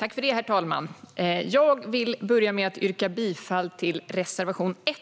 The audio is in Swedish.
Herr talman! Jag börjar med att yrka bifall till reservation 1